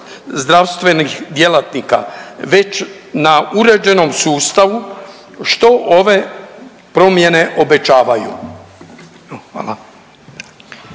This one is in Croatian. zdravstvenih djelatnika već na uređenom sustavu što ove promjene obećavaju,